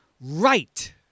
Right